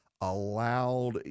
allowed